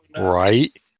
Right